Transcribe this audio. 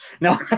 No